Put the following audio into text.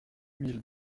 mille